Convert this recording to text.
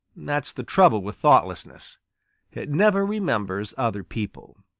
that's the trouble with thoughtlessness it never remembers other people.